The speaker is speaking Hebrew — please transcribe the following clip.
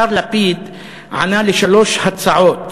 השר לפיד ענה על שלוש הצעות